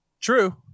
True